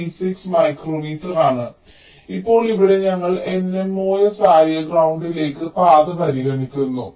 36 മൈക്രോമീറ്ററാണ് ഇപ്പോൾ ഇവിടെ ഞങ്ങൾ nMOS ആയ ഗ്രൌണ്ടിലേക്കുള്ള പാത പരിഗണിക്കുന്നു